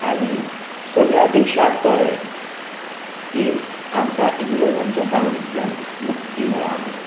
आनी सगल्या देशाक कळ्ळे की आमकां इंग्रजाच्या तावडींतल्यान मुक्ती मेळ्ळा म्हूण